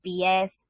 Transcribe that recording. BS